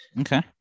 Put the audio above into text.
Okay